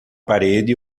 parede